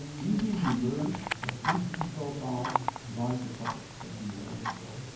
we really learned that entity profiles drive the coverage that we were looking for.